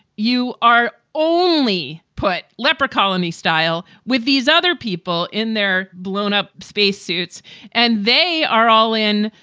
you are only put leper colony style with these other people in their blown up space suits and they are all in,